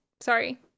sorry